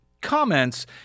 comments